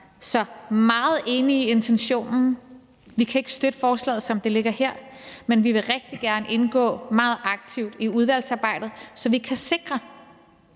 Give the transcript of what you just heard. er meget enige i intentionen. Vi kan ikke støtte forslaget, som det ligger her, men vi vil rigtig gerne indgå meget aktivt i udvalgsarbejdet, så vi kan sikre,